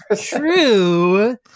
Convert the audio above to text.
true